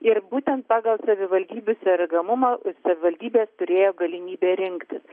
ir būtent pagal savivaldybių sergamumo savivaldybės turėjo galimybę rinktis